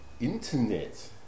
internet